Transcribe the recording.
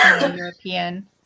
European